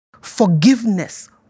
forgiveness